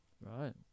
Right